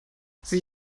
sieh